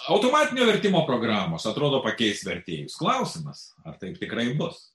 automatinio vertimo programos atrodo pakeis vertėjus klausimas ar taip tikrai bus